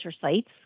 sites